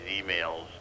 emails